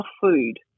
food